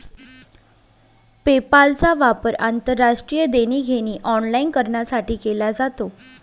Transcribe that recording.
पेपालचा वापर आंतरराष्ट्रीय देणी घेणी ऑनलाइन करण्यासाठी केला जातो